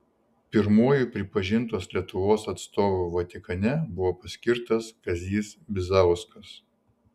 pirmuoju pripažintos lietuvos atstovu vatikane buvo paskirtas kazys bizauskas